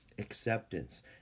acceptance